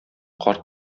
карт